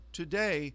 today